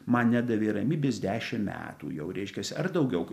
man nedavė ramybės dešimt metų jau reiškiasi ar daugiau